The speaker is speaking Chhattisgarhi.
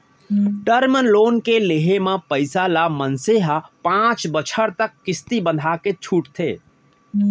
टर्म लोन के लेहे म पइसा ल मनसे ह पांच बछर तक किस्ती बंधाके छूटथे